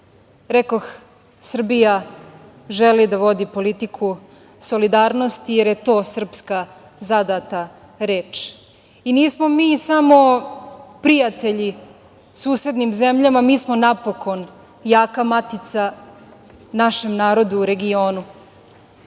Srbija želi da vodi politiku solidarnosti, jer je to srpska zadata reč. Nismo mi samo prijatelji susednim zemljama, mi smo napokon jaka matica našem narodu u regionu.